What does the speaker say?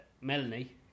Melanie